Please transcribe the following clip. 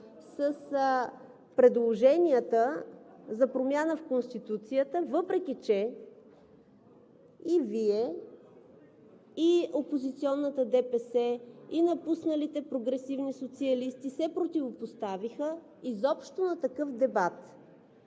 с предложенията за промяна в Конституцията, въпреки че и Вие, и опозиционната ДПС, и напусналите прогресивни социалисти се противопоставихте изобщо на такъв дебат.